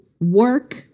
work